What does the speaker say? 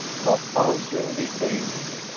not answering the aim,